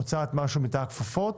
הוצאת משהו מתא הכפפות